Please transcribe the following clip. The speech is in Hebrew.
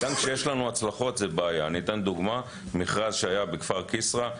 גם כשיש לנו הצלחות זאת בעיה ואתן דוגמה: מכרז שהיה בכפר כיסרא,